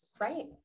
right